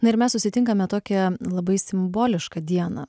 na ir mes susitinkame tokią labai simbolišką dieną